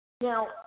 now